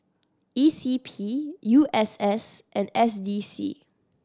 E C P U S S and S D C